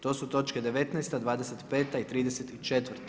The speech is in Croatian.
To su točke 10., 25. i 34.